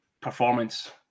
performance